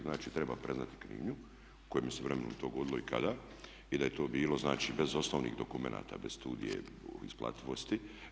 Znači treba priznati krivnju u kojem se vremenu to dogodilo i kada i da je to bilo znači bez osnovnih dokumenata, bez studije isplativosti.